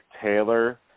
Taylor